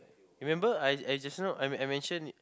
remember I I just now I I mention